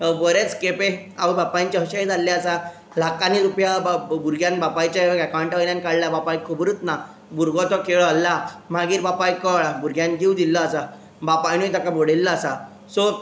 बरेच खेंपे आवय बापायंचें अशेंय जाल्लें आसा लाखांनी रुपया बा भुरग्यान बापायच्या एकावंटा वयल्यान काडला बापायक खबरूच ना भुरगो तो खेळ हल्ला मागीर बापायक कळ्ळा भुरग्यान जीव दिल्लो आसा बापायनूय ताका बडयल्लो आसा सो